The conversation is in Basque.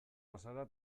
bazara